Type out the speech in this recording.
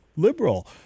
liberal